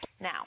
Now